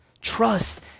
Trust